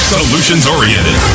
solutions-oriented